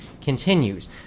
continues